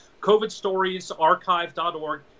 covidstoriesarchive.org